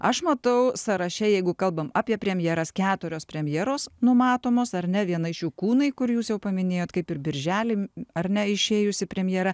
aš matau sąraše jeigu kalbam apie premjeras keturios premjeros numatomos ar ne viena iš jų kūnai kur jūs jau paminėjot kaip ir birželį ar ne išėjusi premjera